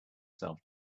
afternoon